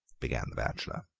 began the bachelor,